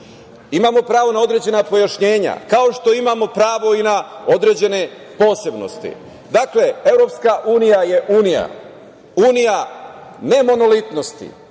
Imamo pravo na određena pojašnjenja, kao što imamo pravo i na određene posebnosti. Dakle, EU je unija, unija ne monolitnosti,